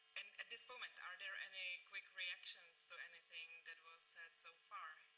at this moment, are there any quick reactions to anything that was said so far?